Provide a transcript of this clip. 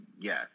yes